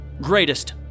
greatest